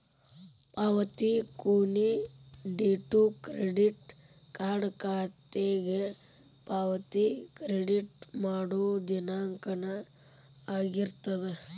ಪಾವತಿ ಕೊನಿ date credit card ಖಾತೆಗೆ ಪಾವತಿ ಕ್ರೆಡಿಟ್ ಮಾಡೋ ದಿನಾಂಕನ ಆಗಿರ್ತದ